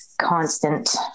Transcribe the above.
constant